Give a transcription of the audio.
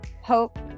hope